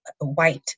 white